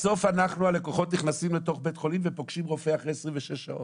בסוף אנחנו הלקוחות נכנסים לתוך בית החולים ופוגשים רופא אחרי 26 שעות.